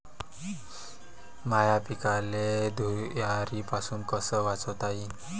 माह्या पिकाले धुयारीपासुन कस वाचवता येईन?